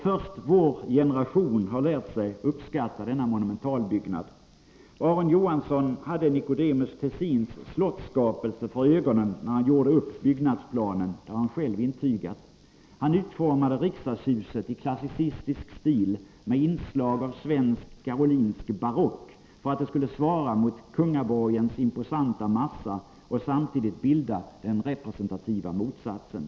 Först vår generation har lärt sig uppskatta denna monumentalbyggnad. Aron Johansson hade Nicodemus Tessins slottsskapelse för ögonen när han gjorde upp byggnadsplanen — det har han själv intygat. Han utformade riksdagshuset i klassicistisk stil med inslag av svensk karolinsk barock, för att det skulle svara mot kungaborgens imposanta massa och samtidigt bilda den representativa motsatsen.